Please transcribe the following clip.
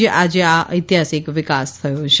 જે આજે આ ઐતિહાસિક વિકાસ થયો છે